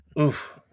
oof